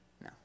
No